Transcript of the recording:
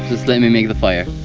just let me make the fire